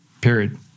period